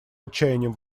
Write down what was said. отчаянием